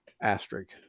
asterisk